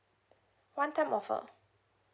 one time offer